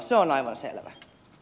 se on aivan selvä